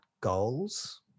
goals